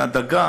מהדגה